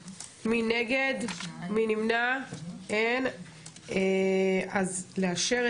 נגד, 2 נמנעים, אין ההסתייגות